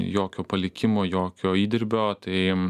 jokio palikimo jokio įdirbio tai